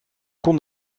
kon